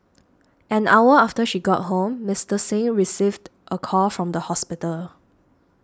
an hour after she got home Mister Singh received a call from the hospital